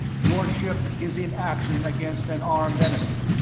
your ship is in action against an armed enemy.